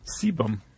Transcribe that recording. sebum